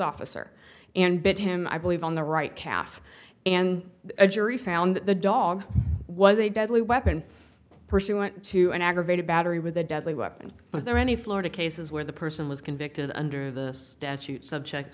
officer and bit him i believe on the right calf and a jury found that the dog was a deadly weapon pursuant to an aggravated battery with a deadly weapon but there are any florida cases where the person was convicted under the statute subject